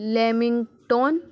Leamington